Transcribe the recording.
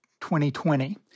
2020